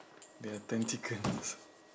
there are tentacles